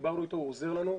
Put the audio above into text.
דיברנו אתו והוא עוזר לנו .